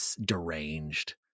deranged